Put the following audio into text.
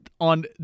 on